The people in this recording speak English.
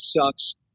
sucks